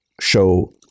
show